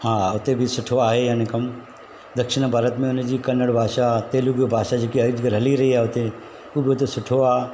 हा हुते बि सुठो आहे आहे ई न कमु दक्षिण भारत में हुन जी कनड़ भाषा तेलुगू भाषा जेके अॼुकल्ह हली रही आहे हुते हू बि हुते सुठो आहे